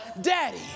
daddy